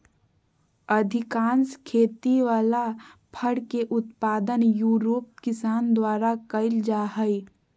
अधिकांश खेती वला फर के उत्पादन यूरोप किसान द्वारा कइल जा हइ